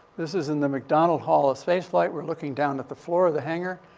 this is in the mcdonald hall of space flight. we're looking down at the floor of the hanger.